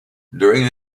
during